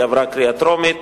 היא עברה קריאה טרומית,